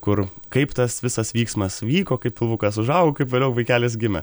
kur kaip tas visas vyksmas vyko kaip pilvukas užaugo kaip vėliau vaikelis gimė